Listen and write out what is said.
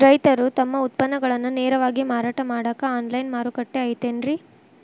ರೈತರು ತಮ್ಮ ಉತ್ಪನ್ನಗಳನ್ನ ನೇರವಾಗಿ ಮಾರಾಟ ಮಾಡಾಕ ಆನ್ಲೈನ್ ಮಾರುಕಟ್ಟೆ ಐತೇನ್ರಿ?